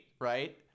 right